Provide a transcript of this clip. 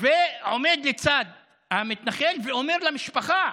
ועומד לצד המתנחל ואומר למשפחה: